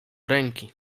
ręki